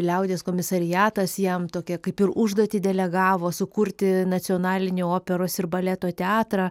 liaudies komisariatas jam tokią kaip ir užduotį delegavo sukurti nacionalinį operos ir baleto teatrą